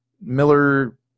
Miller